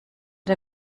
der